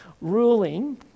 ruling